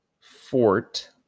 Fort